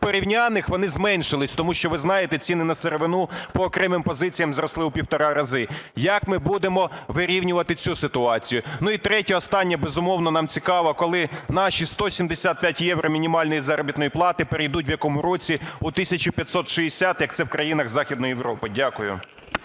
порівняльних вони зменшились, тому що ви знаєте, ціни на сировину по окремих позиціях зросли у півтора разу. Як ми будемо вирівнювати цю ситуацію? І третє, останнє. Безумовно, нам цікаво, коли наші 175 євро мінімально заробітної плати перейдуть в якому році у тисячу 560, як це в країнах Західної Європи? Дякую.